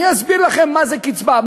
אני אסביר לכם מה זה קצבה.